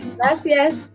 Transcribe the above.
Gracias